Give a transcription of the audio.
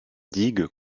digue